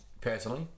personally